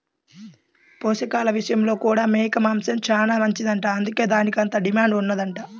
పోషకాల విషయంలో కూడా మేక మాంసం చానా మంచిదంట, అందుకే దానికంత డిమాండ్ ఉందంట